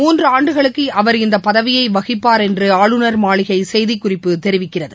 இன்று ஆண்டுகளுக்கு அவர் இந்த பதவியை வகிப்பார் என்று ஆளுநர் மாளிகை செய்திக்குறிப்பு தெரிவிக்கிறது